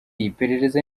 iperereza